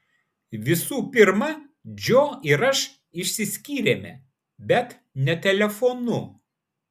visų pirma džo ir aš išsiskyrėme bet ne telefonu